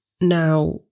now